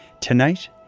Tonight